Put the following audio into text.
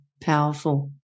Powerful